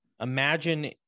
imagine